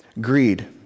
Greed